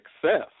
success